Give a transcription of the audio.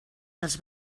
dels